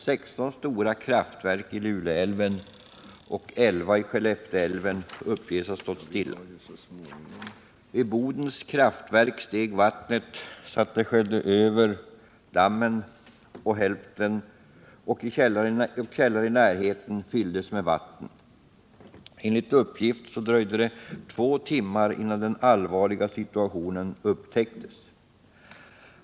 16 stora kraftverk i Luleälven Fredagen den och 11 i Skellefteälven uppges ha stått stilla. Vid Bodens kraftverk steg 2 mars 1979 vattnet så att det sköljde över dammen, och källare i närheten fylldes med vatten. Enligt uppgift dröjde det två timmar innan den allvarliga situationen Om samhällets upptäcktes.